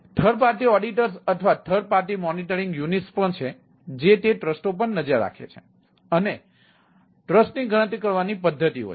અને third party auditors છે જે તે ટ્રસ્ટો પર નજર રાખે છે અને ટ્રસ્ટની ગણતરી કરવાની પદ્ધતિઓ છે